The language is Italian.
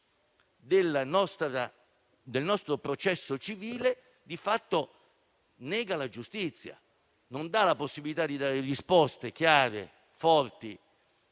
del nostro processo civile di fatto nega la giustizia, non dà la possibilità di dare risposte chiare, forti